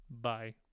Bye